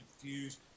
confused